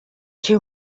two